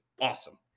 awesome